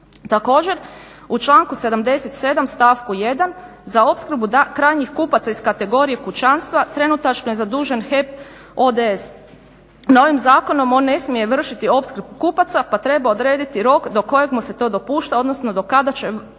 Također, u članku 77. stavku 1. za opskrbu krajnjih kupaca iz kategorije kućanstva trenutačno je zadužen HEP ODS. Novim zakonom on ne smije vršiti opskrbu kupaca pa treba odrediti rok do kojeg mu se to dopušta, odnosno do kada će